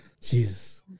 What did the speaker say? jesus